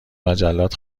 مجلات